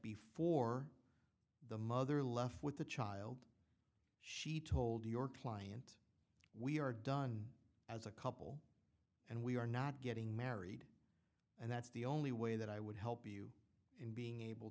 before the mother left with the child she told your client we are done as a couple and we are not getting married and that's the only way that i would help you in being able